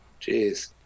jeez